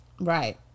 Right